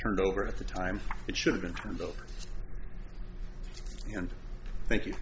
turned over at the time it should have been and thank you